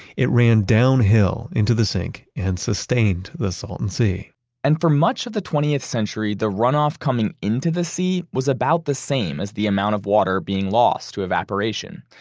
it ran downhill into the sink and sustained the salton sea and for much of the twentieth century, the runoff coming into the sea was about the same as the amount of water being lost to evaporation,